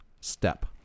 step